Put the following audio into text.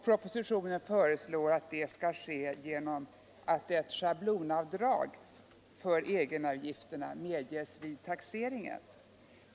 Propositionen föreslår att detta skall ske genom att ett schablonavdrag för egenavgifterna medges vid taxeringen.